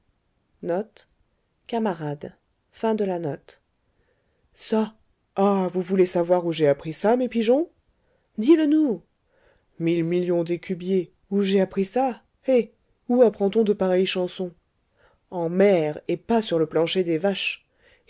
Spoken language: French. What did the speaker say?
ça ah vous voulez savoir où j'ai appris ça mes pigeons dis-le nous mille millions d'écubiers où j'ai appris ça eh où apprend t on de pareilles chansons en mer et pas sur le plancher des vaches